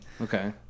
Okay